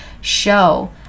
show